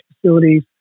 facilities